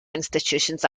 institutions